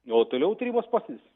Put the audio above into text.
o toliau tarybos posėdis